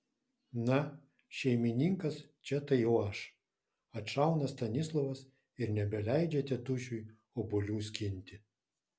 na šeimininkas čia tai jau aš atšauna stanislovas ir nebeleidžia tėtušiui obuolių skinti